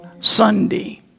Sunday